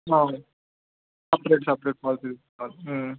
అవును separate separate policies